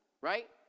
right